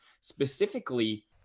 specifically